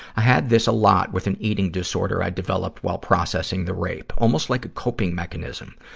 i had this a lot with an eating disorder i developed while processing the rape, almost like a coping mechanism.